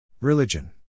Religion